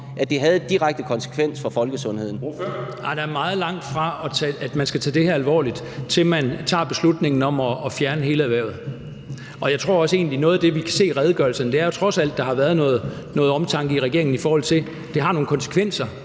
Kl. 13:56 Kristian Thulesen Dahl (DF): Nej, der er meget langt fra, at man skal tage det her alvorligt, og til, at man tager beslutningen om at fjerne hele erhvervet. Og noget af det, vi kan se i redegørelsen, er, at der trods alt har været noget omtanke i regeringen, i forhold til at det har nogle konsekvenser